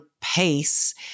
pace